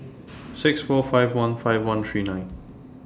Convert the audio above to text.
six four five one five one three nine